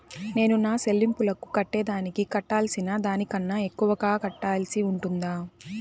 నేను నా సెల్లింపులకు కట్టేదానికి కట్టాల్సిన దానికన్నా ఎక్కువగా కట్టాల్సి ఉంటుందా?